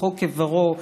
תוכו כברו,